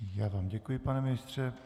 Já vám děkuji, pane ministře.